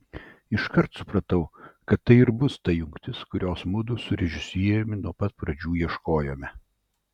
iškart supratau kad tai ir bus ta jungtis kurios mudu su režisieriumi nuo pat pradžių ieškojome